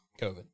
COVID